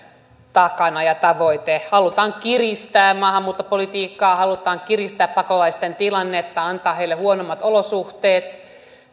takana ja tavoite halutaan kiristää maahanmuuttopolitiikkaa halutaan kiristää pakolaisten tilannetta antaa heille huonommat olosuhteet